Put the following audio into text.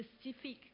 specific